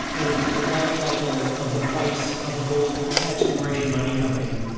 and it's the life cycle of the price of a gold exploration mining company,